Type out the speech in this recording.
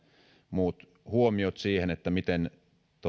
muut huomiot siihen miten